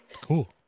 Cool